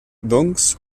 doncs